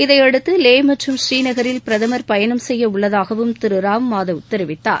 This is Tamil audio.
இதையடுத்து லே மற்றும் ஸ்ரீநகரில் பிரதமர் பயணம் செய்ய உள்ளதாகவும் திரு ராம்மாதவ் தெரிவித்தார்